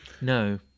No